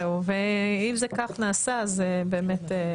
ואם זה כך נעשה אז באמת.